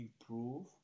improve